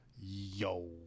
Yo